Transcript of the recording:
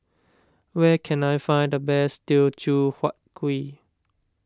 where can I find the best Teochew Huat Kuih